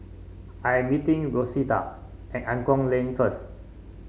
I am meeting Rosita at Angklong Lane first